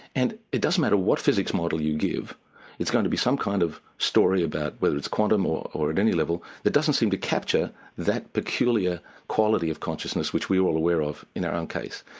and it doesn't matter what physics model you give it's going to be some kind of story about whether it's quantum or or at any level, that doesn't seem to capture that peculiar quality of consciousness which we are all aware of in our own case.